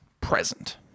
present